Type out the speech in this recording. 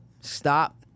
Stop